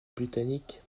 britannique